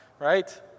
right